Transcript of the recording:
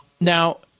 Now –